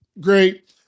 great